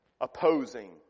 opposing